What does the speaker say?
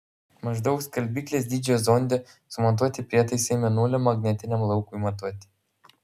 maždaug skalbyklės dydžio zonde sumontuoti prietaisai mėnulio magnetiniam laukui matuoti